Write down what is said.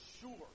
sure